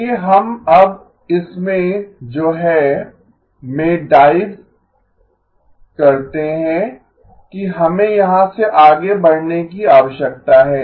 आइये हम अब इसमे जो है मे डाइव करते हैं कि हमे यहाँ से आगे बढ़ने कि आवश्यकता है